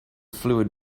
fluid